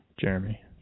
Jeremy